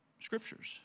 scriptures